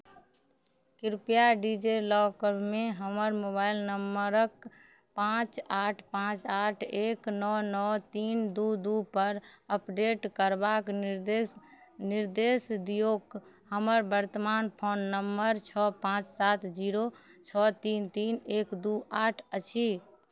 कृपया डिजिलॉकरमे हमर मोबाइल नम्बरके पाँच आठ पाँच आठ एक नओ नओ तीन दुइ दुइपर अपडेट करबाक निर्देश निर्देश दिऔ हमर वर्तमान फोन नम्बर छओ पाँच सात जीरो छओ तीन तीन एक दुइ आठ अछि